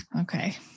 Okay